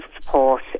support